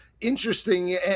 interesting